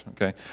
okay